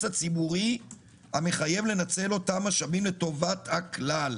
הציבורי המחייב לנצל אותם משאבים לטובת הכלל,